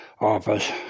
office